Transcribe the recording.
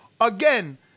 Again